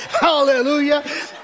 Hallelujah